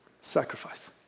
sacrifice